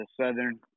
southern